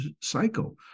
cycle